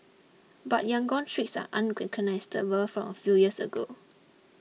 but Yangon's streets are unrecognisable from a few years ago